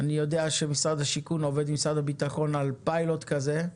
אני יודע שמשרד השיכון עובד עם משרד הביטחון על פיילוט כזה,